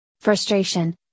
Frustration